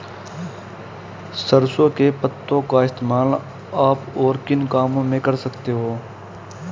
सरसों के पत्तों का इस्तेमाल आप और किन कामों में कर सकते हो?